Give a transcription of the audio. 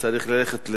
צריך ללכת,